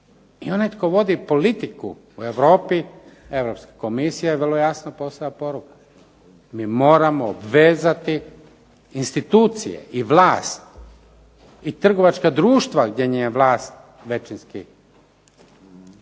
i onaj tko vodi politiku u Europi, Europska komisija je vrlo jasno poslala poruku. Mi moramo vezati institucije i vlast i trgovačka društva gdje je vlast većinski